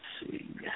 see